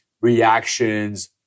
reactions